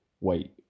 wait